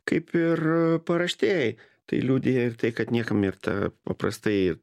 kaip ir paraštėj tai liudija ir tai kad niekam ir ta paprastai